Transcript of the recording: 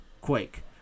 Quake